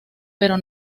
pero